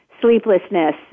sleeplessness